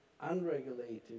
unregulated